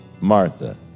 Martha